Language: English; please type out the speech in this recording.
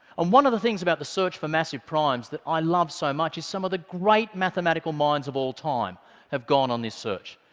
and one of the things about the search for massive primes that i love so much is some of the great mathematical minds of all time have gone on this search.